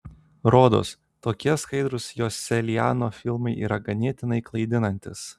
rodos tokie skaidrūs joselianio filmai yra ganėtinai klaidinantys